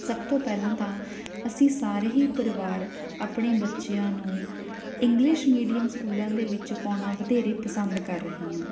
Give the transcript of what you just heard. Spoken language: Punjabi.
ਸਭ ਤੋਂ ਪਹਿਲਾਂ ਤਾਂ ਅਸੀਂ ਸਾਰੇ ਹੀ ਪਰਿਵਾਰ ਆਪਣੇ ਬੱਚਿਆਂ ਨੂੰ ਇੰਗਲਿਸ਼ ਮੀਡੀਅਮ ਸਕੂਲਾਂ ਦੇ ਵਿੱਚ ਪਾਉਣਾ ਵਧੇਰੇ ਪਸੰਦ ਕਰ ਰਹੇ ਹਾਂ